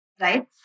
right